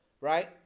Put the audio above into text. right